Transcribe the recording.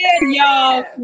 y'all